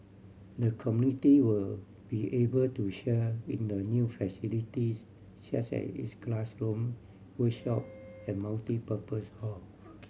the community will be able to share in the new facilities such as its classroom workshop and multipurpose hall